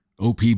OP